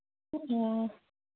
ꯑꯣ